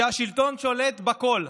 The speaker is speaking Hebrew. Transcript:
שבה השלטון שולט בכול?